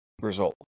result